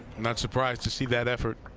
not surprised to see that effort.